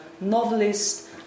novelist